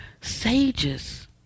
sages